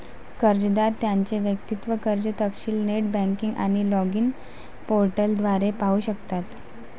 कर्जदार त्यांचे वैयक्तिक कर्ज तपशील नेट बँकिंग आणि लॉगिन पोर्टल द्वारे पाहू शकतात